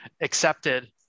accepted